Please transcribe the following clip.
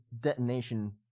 detonation